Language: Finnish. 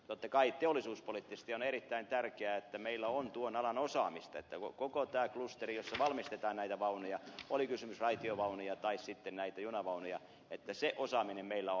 totta kai teollisuuspoliittisesti on erittäin tärkeää että meillä on tuon alan osaamista että koko tämän klusterin jossa valmistetaan näitä vaunuja oli kysymys raitiovaunuista tai junanvaunuista osaaminen meillä on